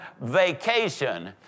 vacation